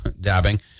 dabbing